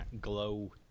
Glow